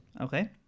Okay